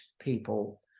people